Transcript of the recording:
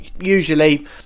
usually